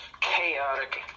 chaotic